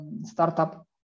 startup